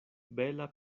bela